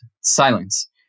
silence